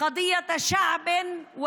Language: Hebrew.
הסוגיה של